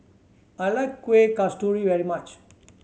I like Kueh Kasturi very much